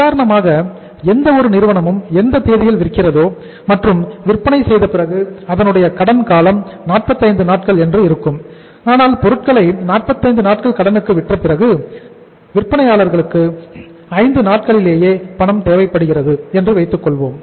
உதாரணமாக எந்த ஒரு நிறுவனமும் எந்த தேதியில் விற்கிறதோ மற்றும் விற்பனை செய்த பிறகு அதனுடைய கடன் காலம் 45 நாட்கள் என்று இருக்கும் ஆனால் பொருட்களை 45 நாட்கள் கடனுக்கு விற்ற பிறகு விற்பனையாளர்களுக்கு ஐந்து நாட்களிலேயே பணம் தேவைப்படுகிறது என்று வைத்துக்கொள்வோம்